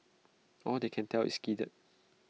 all they can tell is skidded